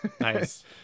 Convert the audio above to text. Nice